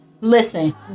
Listen